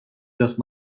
dels